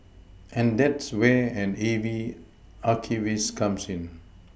and that's where an A V archivist comes in